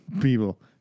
people